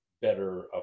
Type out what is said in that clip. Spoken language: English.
better